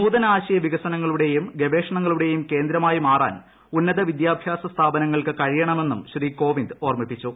നൂതന ആശയ വികസനങ്ങളുടെയും ഗവേഷണങ്ങളുടെയും കേന്ദ്രമായി മാറാൻ ഉന്നത വിദ്യാഭ്യാസ സ്ഥാപനങ്ങൾക്ക് കഴിയണമെന്നും ശ്രീ കോപ്പിന്ദ് ഓർമ്മിപ്പിച്ചു